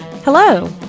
Hello